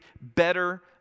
better